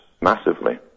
massively